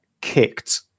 kicked